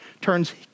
turns